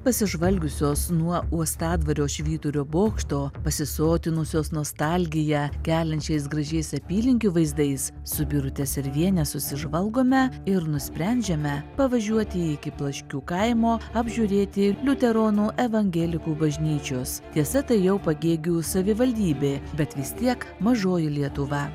pasižvalgiusios nuo uostadvario švyturio bokšto pasisotinusios nostalgiją keliančiais gražiais apylinkių vaizdais su birute serviene susižvalgome ir nusprendžiame pavažiuoti iki plaškių kaimo apžiūrėti liuteronų evangelikų bažnyčios tiesa tai jau pagėgių savivaldybė bet vis tiek mažoji lietuva